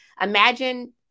imagine